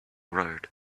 road